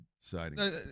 siding